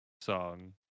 song